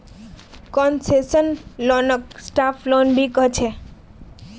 concessional लोनक soft loan भी कह छे